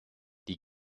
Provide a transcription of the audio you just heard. die